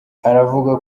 aravuga